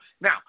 Now